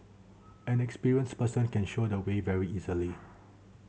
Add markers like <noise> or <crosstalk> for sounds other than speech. an experienced person can show the way very easily <noise>